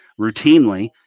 routinely